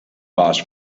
baas